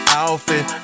outfit